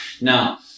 Now